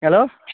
hello